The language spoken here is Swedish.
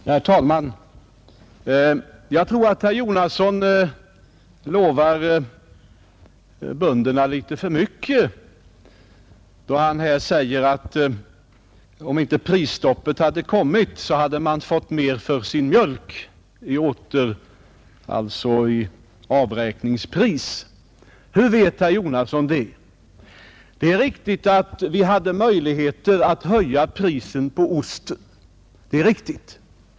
Herr talman! Jag tror att herr Jonasson lovar bönderna litet för mycket då han här säger att om inte prisstoppet hade kommit, hade man fått mer för sin mjölk i avräkningspris. Hur vet herr Jonasson det? Det är riktigt att vi hade möjlighet att höja priset på ost.